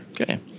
Okay